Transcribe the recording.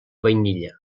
vainilla